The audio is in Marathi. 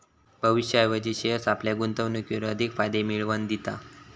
भविष्याऐवजी शेअर्स आपल्या गुंतवणुकीर अधिक फायदे मिळवन दिता